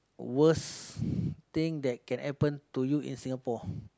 worst thing that can happen to you in Singapore